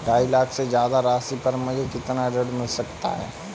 ढाई लाख से ज्यादा राशि पर मुझे कितना ऋण मिल सकता है?